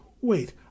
Wait